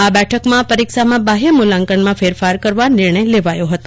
આ બેઠકમાં પરીક્ષામાં બાહ્ય મૂલ્યાંકનમાં ફેરફાર કરવા નિર્ણય લેવાથો હતો